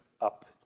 up